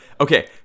okay